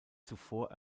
zuvor